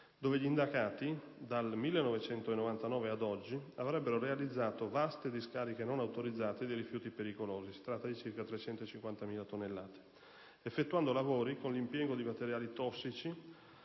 dove gli indagati, dal 1999 ad oggi, avrebbero realizzato vaste discariche non autorizzate di rifiuti pericolosi (circa 350.000 tonnellate), effettuando lavori con l'impiego di materiali tossici